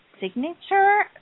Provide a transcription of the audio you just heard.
signature